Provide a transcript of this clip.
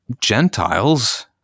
Gentiles